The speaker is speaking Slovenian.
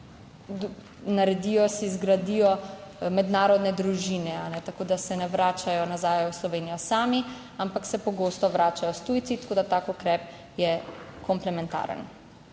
naredijo, si zgradijo mednarodne družine, tako da se ne vračajo nazaj v Slovenijo sami, ampak se pogosto vračajo s tujci; tako da tak ukrep je komplementaren,